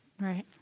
Right